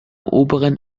oberen